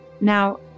Now